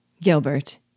Gilbert